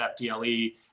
FDLE